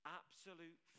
absolute